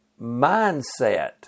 mindset